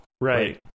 Right